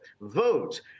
vote